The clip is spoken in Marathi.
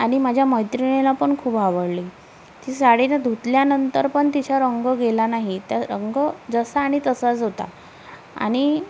आणि माझ्या मैत्रिणीला पण खूप आवडली ती साडी ना धुतल्यानंतर पण तिचा रंग गेला नाही तर रंग जस्सा आणि तस्सा होता आणि